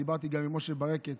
דיברתי גם עם משה ברקת,